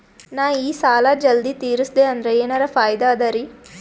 ನಾ ಈ ಸಾಲಾ ಜಲ್ದಿ ತಿರಸ್ದೆ ಅಂದ್ರ ಎನರ ಫಾಯಿದಾ ಅದರಿ?